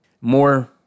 More